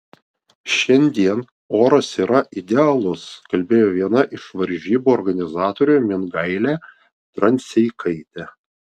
šiandien oras yra idealus kalbėjo viena iš varžybų organizatorių mingailė dranseikaitė